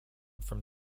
from